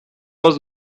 was